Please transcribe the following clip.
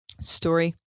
Story